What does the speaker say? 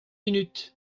minute